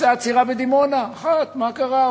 תהיה עצירה בדימונה, אחת, מה קרה?